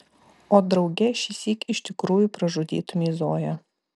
o drauge šįsyk iš tikrųjų pražudytumei zoją